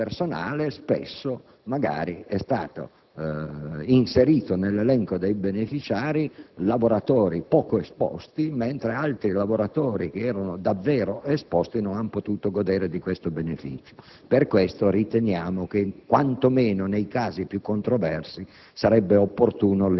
il personale, sono stati inseriti nell'elenco dei beneficiari lavoratori poco esposti, mentre altri, che lo erano stato a lungo, non hanno potuto godere di quel beneficio. Per questo riteniamo che, quantomeno nei casi più controversi, sarebbe opportuna